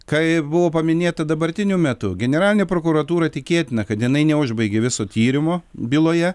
kai buvo paminėta dabartiniu metu generalinė prokuratūra tikėtina kad jinai neužbaigė viso tyrimo byloje